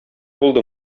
булды